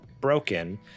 broken